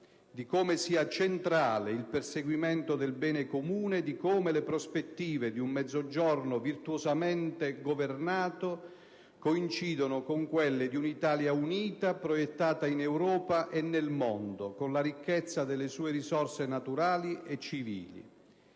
di come sia centrale il perseguimento del bene comune e di come le prospettive di un Mezzogiorno virtuosamente governato coincidano con quelle di un'Italia unita proiettata in Europa e nel mondo con la ricchezza delle sue risorse naturali e civili.